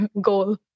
goal